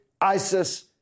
ISIS